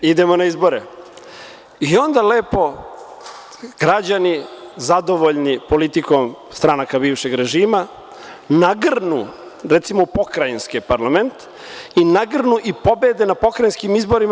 Idemo na izbore i onda lepo građani zadovoljni politikom stranaka bivšeg režima nagrnu recimo u pokrajinski parlament i pobede na pokrajinskim izborima.